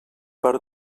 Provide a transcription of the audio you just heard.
per